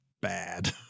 bad